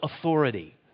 authority